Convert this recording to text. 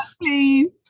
please